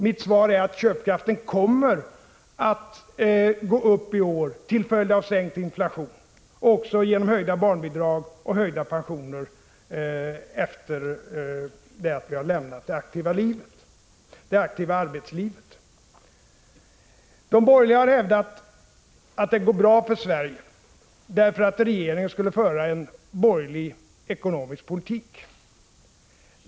Mitt svar är att köpkraften i år kommer att öka på grund av sänkt inflation och även på grund av höjda barnbidrag och höjda pensioner efter det att man har lämnat det aktiva arbetslivet. De borgerliga har hävdat att det går bra för Sverige därför att regeringen för en borgerlig ekonomisk politik.